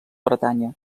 bretanya